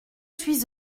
suis